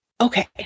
okay